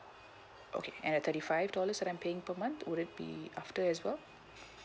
okay and at thirty five dollars that I'm paying per month would it be after as well